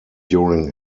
during